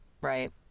right